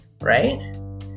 Right